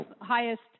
highest